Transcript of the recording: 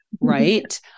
right